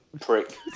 prick